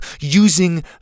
using